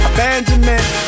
Abandonment